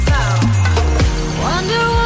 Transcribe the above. Wonder